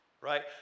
right